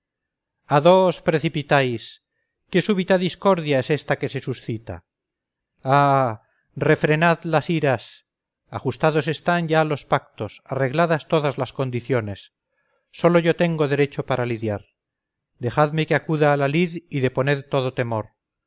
a do os precipitáis qué súbita discordia es esta que se suscita ah refrenad las iras ajustados están ya los pactos arregladas todas las condiciones sólo yo tengo derecho para lidiar dejadme que acuda a la lid y deponed todo temor